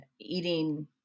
eating